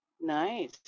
Nice